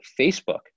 Facebook